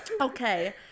Okay